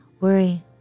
Worry